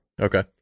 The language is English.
Okay